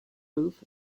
roof